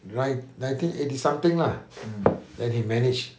nine~ nineteen eighty something lah then he managed